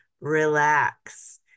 relax